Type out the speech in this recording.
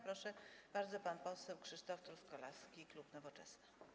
Proszę bardzo, pan poseł Krzysztof Truskolaski, klub Nowoczesna.